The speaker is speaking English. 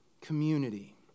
community